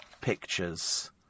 pictures